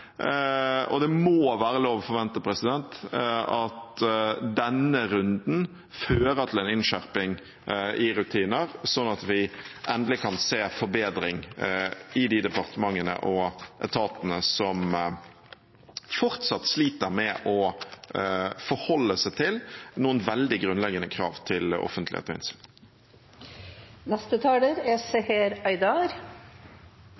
Det må være lov å forvente at denne runden fører til en innskjerping i rutiner, sånn at vi endelig kan se forbedring i de departementene og etatene som fortsatt sliter med å forholde seg til noen veldig grunnleggende krav til offentlighet og innsyn. Et samfunn uten fri presse er